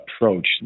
approach